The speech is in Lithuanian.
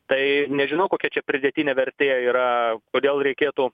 tai nežinau kokia čia pridėtinė vertė yra kodėl reikėtų